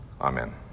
Amen